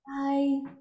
Bye